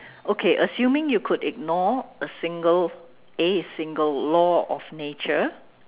okay assuming you could ignore a single a single law of nature